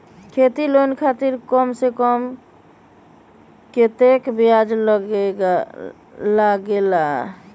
खेती लोन खातीर कम से कम कतेक ब्याज लगेला?